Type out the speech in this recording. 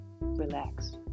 relax